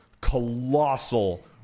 colossal